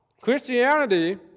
Christianity